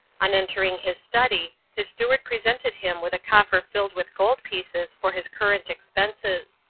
on entering his study his steward presented him with a coffer filled with gold pieces for his current expenses.